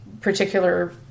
particular